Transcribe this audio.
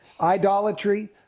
idolatry